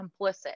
complicit